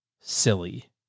silly